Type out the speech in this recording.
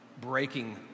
breaking